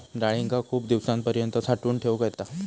डाळींका खूप दिवसांपर्यंत साठवून ठेवक येता